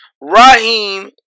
Raheem